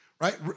right